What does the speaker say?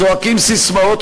צועקים ססמאות,